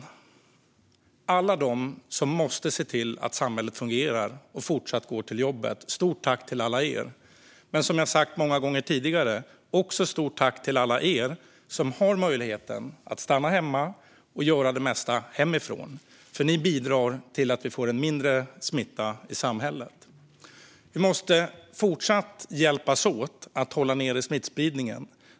Det är alla de som måste se till att samhället fungerar och som fortsatt går till jobbet. Ett stort tack till alla er! Som jag har sagt många gånger tidigare vill jag också rikta ett stort tack till alla er som har möjligheten att stanna hemma och göra det mesta hemifrån. Ni bidrar till att vi får mindre smitta i samhället. Vi måste fortsatt hjälpas åt att hålla nere smittspridningen.